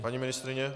Paní ministryně?